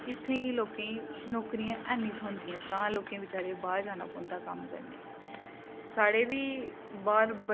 इत्थें गी लोकें गी नौकरियां हैनी थ्होदियां तां लोकें ई बेचारें बाह्र जाना पौंदा कम्म करने गी साढ़े बी बाह्र बड़े